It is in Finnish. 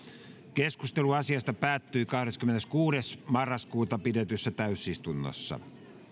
keskustelu asiasta päättyi kahdeskymmeneskuudes yhdettätoista kaksituhattayhdeksäntoista pidetyssä täysistunnossa